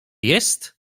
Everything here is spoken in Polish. jest